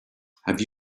have